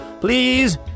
please